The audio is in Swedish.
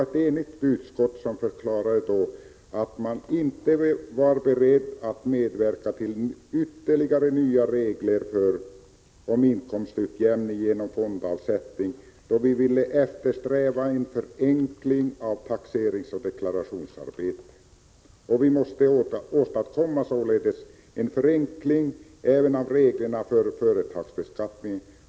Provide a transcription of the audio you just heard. Ett enigt utskott förklarade sig då inte vara berett att medverka till ytterligare nya regler om inkomstutjämning genom en fondavsättning. Utskottet sade att man ville eftersträva en förenkling av taxeringsoch deklarationsarbetet. Vi måste således åstadkomma en förenkling även av reglerna för företagsbeskattning.